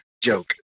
joke